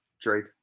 Drake